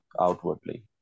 outwardly